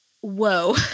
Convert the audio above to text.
whoa